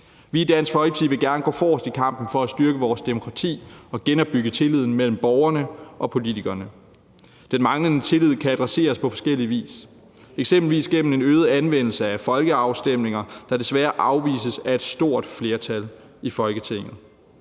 Vi i Dansk Folkeparti vil gerne gå forrest i kampen for at styrke vores demokrati og genopbygge tilliden mellem borgerne og politikerne. Den manglende tillid kan adresseres på forskellig vis, eksempelvis gennem en øget anvendelse af folkeafstemninger, der desværre afvises af et stort flertal i Folketinget.